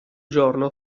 giorno